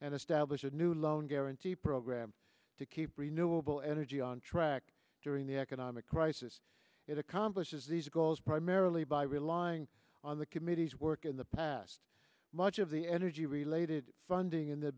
and establish a new loan guarantee program to keep renewable energy on track during the economic crisis it accomplishes these goals primarily by relying on the committee's work in the past much of the energy related funding in the